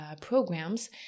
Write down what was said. programs